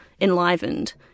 enlivened